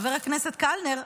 חבר הכנסת קלנר,